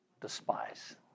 despise